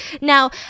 Now